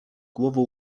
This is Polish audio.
głową